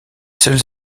seuls